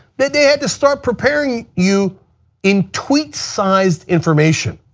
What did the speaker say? that they had to start preparing you in tweet sized information.